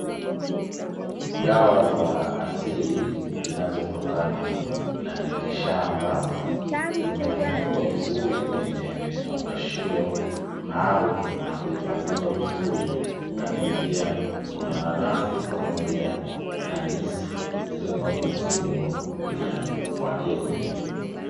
Dawa za asili zinazotokana na mitishamba zimefungwa vizuri kwenye vifungashio maalumu na kuhifadhiwa vizuri lakini pia kuna nanasi pamoja na ndizi zilizopangwa vizuri kwa kuvutia wateja.